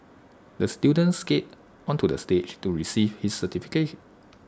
the student skated onto the stage to receive his certificate